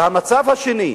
המצב השני: